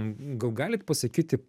gal galit pasakyti